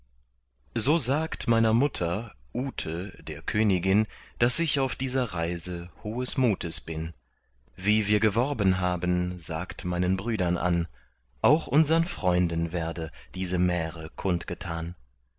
so sagt meiner mutter ute der königin daß ich auf dieser reise hohes mutes bin wie wir geworben haben sagt meinen brüdern an auch unsern freunden werde diese märe